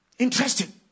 Interesting